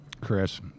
Chris